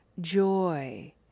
joy